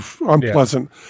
unpleasant